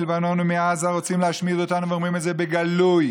מלבנון ומעזה רוצים להשמיד אותנו ואומרים את זה בגלוי.